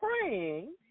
praying